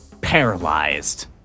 paralyzed